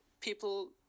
people